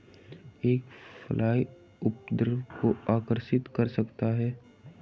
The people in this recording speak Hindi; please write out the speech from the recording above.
एक फ्लाई उपद्रव को आकर्षित कर सकता है?